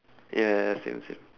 ya ya ya same same